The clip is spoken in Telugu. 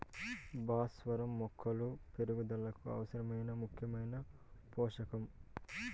భాస్వరం మొక్కల పెరుగుదలకు అవసరమైన ముఖ్యమైన పోషకం